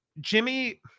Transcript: Jimmy